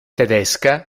tedesca